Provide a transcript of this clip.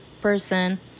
person